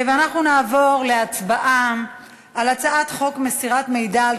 אנחנו נעבור להצבעה על הצעת חוק מסירת מידע על